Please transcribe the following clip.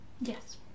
Yes